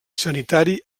sanitari